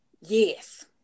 Yes